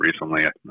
recently